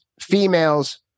females